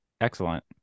Excellent